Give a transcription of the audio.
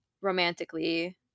romantically